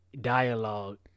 dialogue